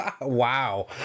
Wow